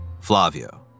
Flavio